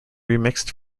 remixed